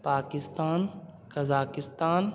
Pakistan Kazakhstan